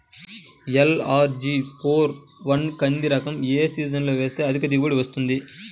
LRG four one కంది రకం ఏ సీజన్లో వేస్తె అధిక దిగుబడి వస్తుంది?